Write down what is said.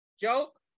joke